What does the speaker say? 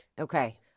Okay